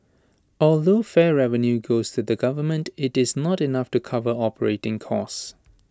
although fare revenue goes to the government IT is not enough to cover operating costs